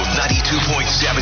92.7